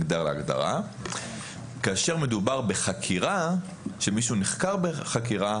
כאשר מדובר בחקירה, שמישהו נחקר בחקירה,